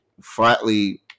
flatly